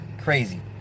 Crazy